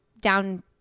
down